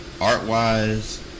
art-wise